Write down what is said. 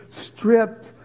stripped